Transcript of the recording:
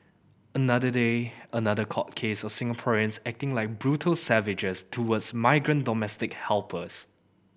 another day another court case of Singaporeans acting like brutal savages towards migrant domestic helpers